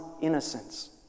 innocence